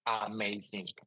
amazing